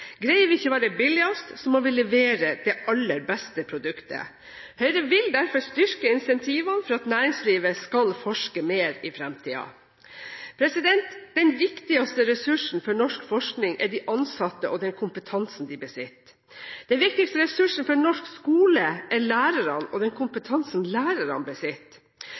Greier vi ikke å være billigst, må vi levere det aller beste produktet. Høyre vil derfor styrke incentivene for at næringslivet skal forske mer i fremtiden. Den viktigste ressursen for norsk forskning er de ansatte og den kompetansen de besitter. Den viktigste ressursen for norsk skole er lærerne og den kompetansen